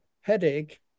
headache